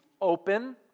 open